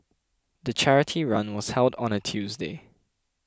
the charity run was held on a Tuesday